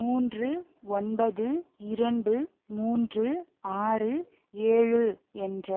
மூன்று ஒன்பது இரண்டு மூன்று ஆறு ஏழு என்ற